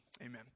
Amen